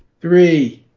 Three